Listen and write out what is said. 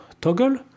Toggle